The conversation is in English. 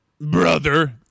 brother